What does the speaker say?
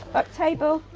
up table,